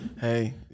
hey